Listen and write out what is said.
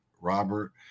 robert